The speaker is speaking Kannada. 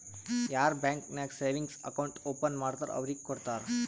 ಯಾರ್ ಬ್ಯಾಂಕ್ ನಾಗ್ ಸೇವಿಂಗ್ಸ್ ಅಕೌಂಟ್ ಓಪನ್ ಮಾಡ್ತಾರ್ ಅವ್ರಿಗ ಕೊಡ್ತಾರ್